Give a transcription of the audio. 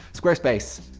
squarespace.